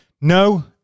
no